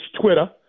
Twitter